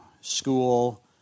school